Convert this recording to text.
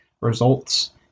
results